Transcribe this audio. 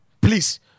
please